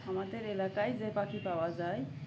আমাদের এলাকায় যে পাখি পাওয়া যায়